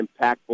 impactful